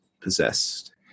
possessed